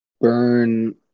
burn